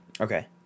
Okay